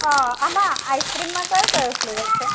અ આમાં આઈસક્રીમ માં કયો કયો ફ્લેવર છે